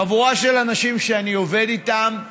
חבורה של אנשים, שאני עובד איתם,